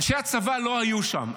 אנשי הצבא לא היו שם.